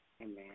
Amen